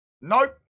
Nope